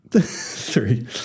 Three